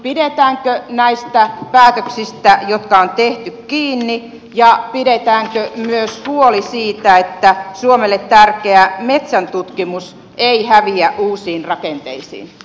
pidetäänkö näistä päätöksistä jotka on tehty kiinni ja pidetäänkö myös huoli siitä että suomelle tärkeä metsäntutkimus ei häviä uusiin rakenteisiin